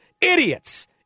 Idiots